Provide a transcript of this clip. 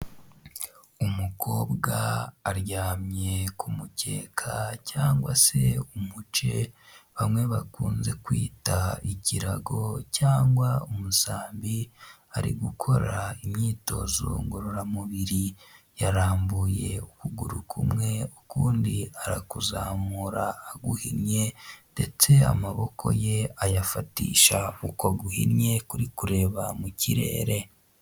Umukobwa aryamye ku mukeka cyangwa se umuce, bamwe bakunze kwita ikirago cyangwa umusambi, ari gukora imyitozo ngororamubiri, yarambuye ukuguru kumwe ukundi arakuzamura aguhinnye, ndetse amaboko ye ayafatisha uko guhinnye kuri kureba mu kirere.